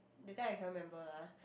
that time I cannot remember lah